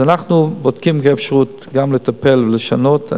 אז אנחנו בודקים את האפשרות גם לטפל ולשנות.